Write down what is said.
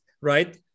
right